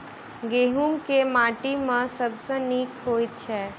गहूम केँ माटि मे सबसँ नीक होइत छै?